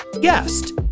guest